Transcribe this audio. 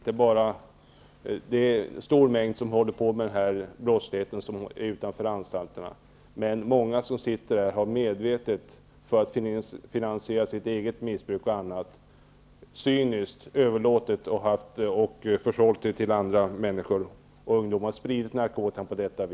Herr talman! Jag håller med om att en stor mängd av dem som sysslar med den brottslighet jag talar om finns utanför anstalterna. Men många som sitter där har medvetet, bl.a. för att finansiera sitt eget missbruk, cyniskt överlåtit och försålt narkotika till andra människor, även till ungdomar.